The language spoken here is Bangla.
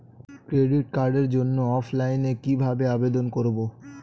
ক্রেডিট কার্ডের জন্য অফলাইনে কিভাবে আবেদন করব?